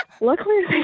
Luckily